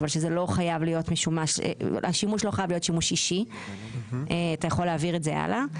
אבל השימוש לא חייב להיות שימוש אישי ואתה יכול להעביר את זה הלאה.